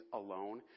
alone